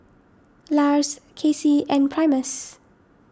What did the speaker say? Lars Kacy and Primus